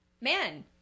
Man